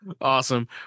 Awesome